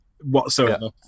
whatsoever